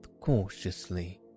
cautiously